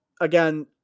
again